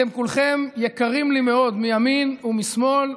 אתם כולכם יקרים לי מאוד, מימין ומשמאל,